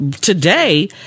today